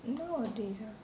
nowadays ah